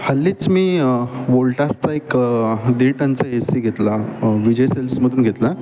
हल्लीच मी वोलटाचा एक दीड टंचा एसी घेतला विजय सिल्समधून घेतला